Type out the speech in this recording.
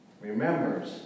remembers